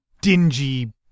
dingy